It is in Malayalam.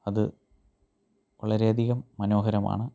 അത് വളരെയധികം മനോഹരമാണ്